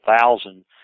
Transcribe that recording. thousand